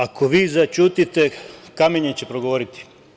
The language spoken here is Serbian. Ako vi zaćutite, kamenje će progovoriti.